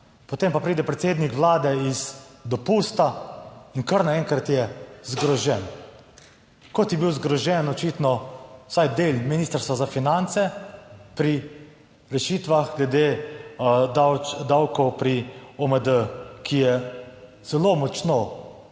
Potem pa pride predsednik Vlade z dopusta in kar naenkrat je zgrožen. Kot je bil zgrožen očitno vsaj del Ministrstva za finance pri rešitvah glede davkov pri OMD, ki je zelo močno,